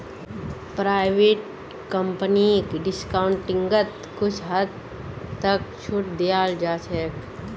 private कम्पनीक डिस्काउंटिंगत कुछ हद तक छूट दीयाल जा छेक